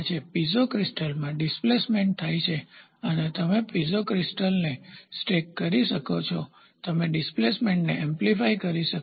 piezo ક્રિસ્ટલમાં displacement થાય છે તમે પીઝો ક્રિસ્ટલને સ્ટેક કરી શકો છો તમે ડિસ્પ્લેસમેન્ટને એમ્પ્લીફાયવિસ્તૃત કરી શકો છો